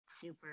super